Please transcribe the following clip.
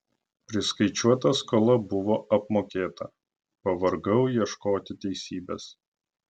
priskaičiuota skola buvo apmokėta pavargau ieškoti teisybės